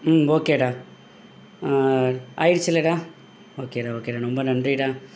ம் ஓகேடா ஆயிடுச்சு இல்லைடா ஓகேடா ஓகேடா ரொம்ப நன்றிடா